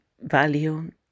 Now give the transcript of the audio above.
value